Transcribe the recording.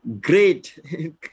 great